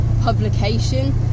publication